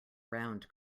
round